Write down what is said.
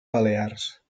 balears